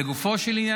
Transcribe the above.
לגופו של עניין,